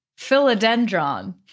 philodendron